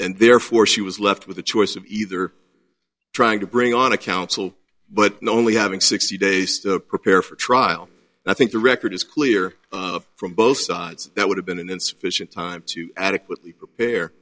and therefore she was left with a choice of either trying to bring on a council but only having sixty days to prepare for trial and i think the record is clear from both sides that would have been an insufficient time to adequately prepare